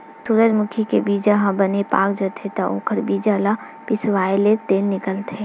सूरजमूजी के बीजा ह बने पाक जाथे त ओखर बीजा ल पिसवाएले तेल निकलथे